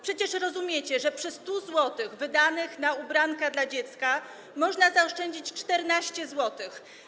Przecież rozumiecie, że przy 100 zł wydanych na ubranka dla dziecka można zaoszczędzić 14 zł.